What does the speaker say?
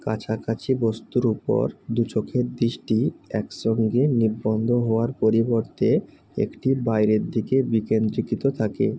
কাছাকাছি বস্তুর উপর দু চোখের দৃষ্টি একসঙ্গে নিবন্ধ হওয়ার পরিবর্তে একটি বাইরের দিকে বিকেন্দ্রীকিত থাকে